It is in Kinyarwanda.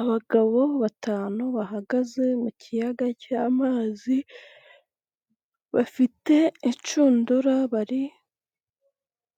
Abagabo batanu bahagaze mu kiyaga cy'amazi, bafite inshundura,